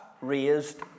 raised